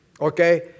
Okay